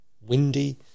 windy